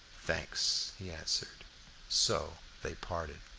thanks, he answered so they parted.